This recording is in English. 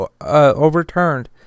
overturned